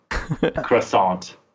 Croissant